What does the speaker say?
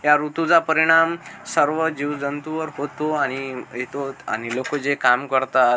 या ऋतूचा परिणाम सर्व जीवजंतूवर होतो आणि एतोत आणि लोकं जे काम करतात